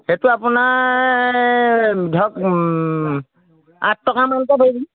সেইটো আপোনাৰ ধৰক আঠ টকামানকৈ ধৰিম